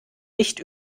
nicht